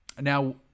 now